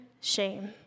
shame